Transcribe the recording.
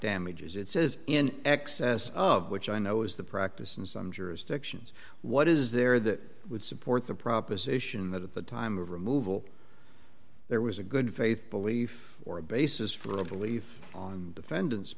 damages it says in excess of which i know is the practice in some jurisdictions what is there that would support the proposition that at the time of removal there was a good faith belief or a basis for a belief and offend